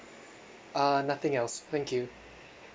uh nothing else thank you